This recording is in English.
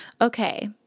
Okay